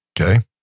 Okay